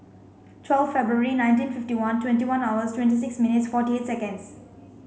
twelve February nineteen fifty one twenty one hours twenty six minutes forty eight seconds